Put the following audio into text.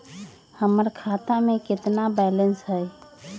हमर खाता में केतना बैलेंस हई?